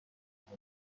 لطفا